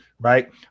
right